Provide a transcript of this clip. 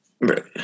right